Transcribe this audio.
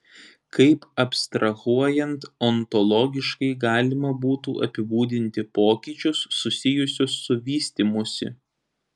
kaip abstrahuojant ontologiškai galima būtų apibūdinti pokyčius susijusius su vystymusi